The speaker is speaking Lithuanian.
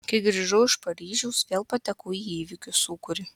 kai grįžau iš paryžiaus vėl patekau į įvykių sūkurį